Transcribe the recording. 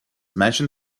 mansion